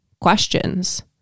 questions